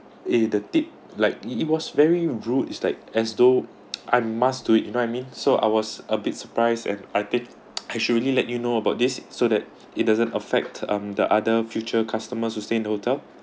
eh the tip like he he was very rude is like as though I must do it you know I mean so I was a bit surprised and I think I should really let you know about this so that it doesn't affect um the other future customers to stay in the hotel